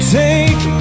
take